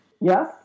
yes